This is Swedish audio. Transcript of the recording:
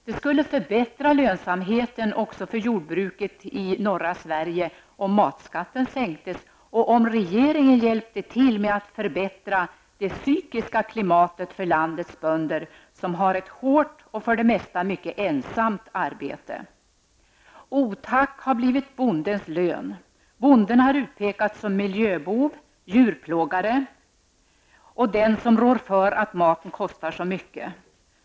Det skulle förbättra lönsamheten också för jordbruket i norra Sverige om matskatten sänktes och om regeringen hjälpte till med att förbättra det psykiska klimatet för landets bönder, som har ett hårt och för det mesta mycket ensamt arbete. Otack har blivit bondens lön. Bonden har utpekats som miljöbov, djurplågare och den som rår för att maten kostar så mycket.